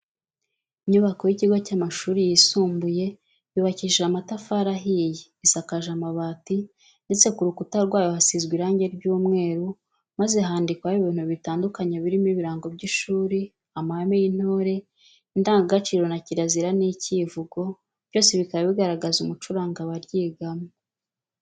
Inyubako y'ikigo cy'amashuri yisumbuye yubakishije amatafari ahiye, isakaje amabati, ndetse ku rukuta rwayo hasizwe irangi ry'umweru, maze handikwaho ibintu bitandukanye birimo ibirango by'ishuri, amahame y'intore, indangagaciro na kirazira n'icyivugo, byose bikaba bigaragaza umuco uranga abaryigamo.